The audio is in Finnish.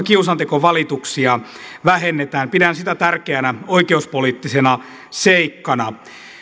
kiusantekovalituksia vähennetään pidän sitä tärkeänä oikeuspoliittisena seikkana